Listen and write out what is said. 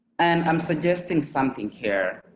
and i am suggesting something here,